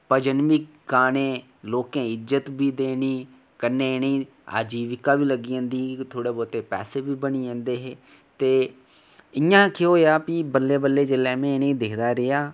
भजन बी गाने ते लोकें इज्जत बी देनी ते कन्नै इ'नेंगी हर चीज़ दी लग्गी जंदी कि थोह्ड़े बहुत पैसे बी बनी जंदे हे ते इं'या केह् होआ कि बल्लें बल्लें जेल्लै में इ'नेंगी दिखदा रेहा